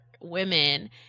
women